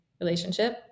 relationship